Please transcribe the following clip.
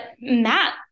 Matt